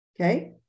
okay